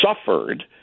suffered